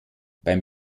beim